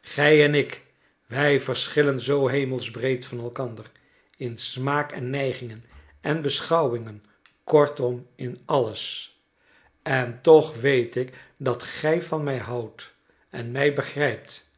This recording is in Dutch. gij en ik wij verschillen zoo hemelsbreed van elkander in smaak en neigingen en beschouwingen kortom in alles en toch weet ik dat gij van mij houdt en mij begrijpt